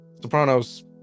Sopranos